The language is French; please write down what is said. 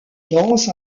danse